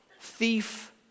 thief